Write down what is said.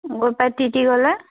তিতি গ'লে